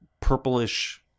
purplish